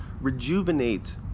rejuvenate